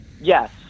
Yes